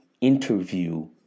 interview